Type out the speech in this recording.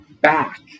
back